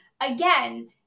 again